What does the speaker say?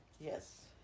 Yes